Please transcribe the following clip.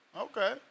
Okay